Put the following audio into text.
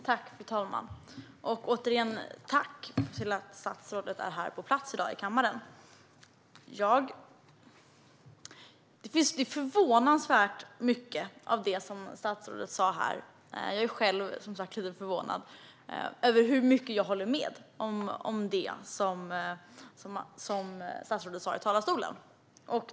Fru talman! Jag vill återigen tacka statsrådet för att hon är på plats i kammaren i dag. Jag är själv lite förvånad över hur mycket av det som statsrådet sa här som jag håller med om.